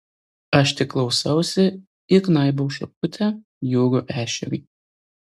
aš tik klausausi ir knaibau šakute jūrų ešerį